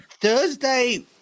thursday